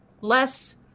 less